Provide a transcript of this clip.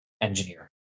engineer